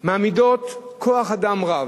מעמידות כוח-אדם רב,